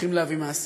צריכים להביא מעשים.